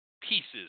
pieces